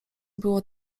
było